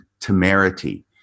temerity